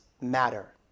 matter